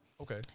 Okay